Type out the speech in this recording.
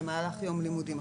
במהלך יום לימודים.